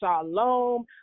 Shalom